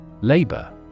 Labor